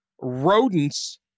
rodents